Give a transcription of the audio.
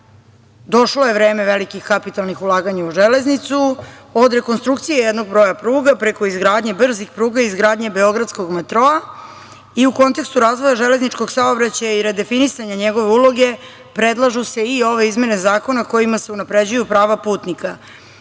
došlo je vreme velikih kapitalnih ulaganja u železnicu, od rekonstrukcije jednog broja pruga preko izgradnje brzih pruga i izgradnje beogradskog metroa i u kontekstu razvoja železničkog saobraćaja i redefinisanja njegove uloge predlažu se i ove izmene zakona, kojima se unapređuju prava putnika. Tako